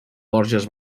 borges